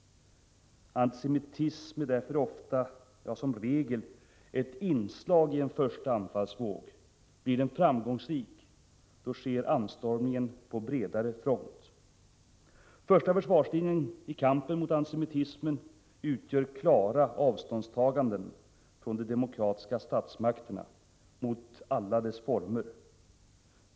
Antisemitism är därför ofta, ja som regel, ett inslag i en första anfallsvåg. Blir den framgångsrik sker anstormningen på bredare front. Klara avståndstaganden från de demokratiska statsmakterna utgör första försvarslinjen i kampen mot antisemitismen i alla dess former.